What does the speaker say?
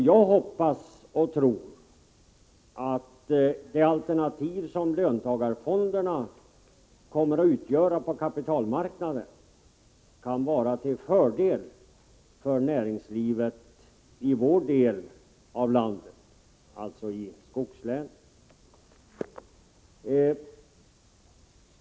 Jag hoppas och tror att det alternativ som löntagarfonderna kommer att utgöra på kapitalmarknaden kan vara till fördel för näringslivet i vår del av landet, alltså i skogslänen.